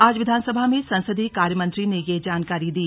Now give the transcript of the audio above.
आज विधानसभा में संसदीय कार्य मंत्री ने यह जानकारी दी